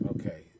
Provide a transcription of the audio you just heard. Okay